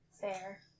fair